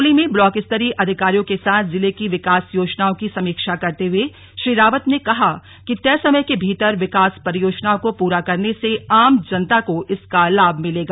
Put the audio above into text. चमोली में ब्लॉक स्तरीय अधिकारियों के साथ जिले की विकास योजनाओं की समीक्षा करते हुए श्री रावत ने कहा कि तय समय के भीतर विकास परियोजनाओं को पूरा करने से आम जनता को इसका लाभ मिलेगा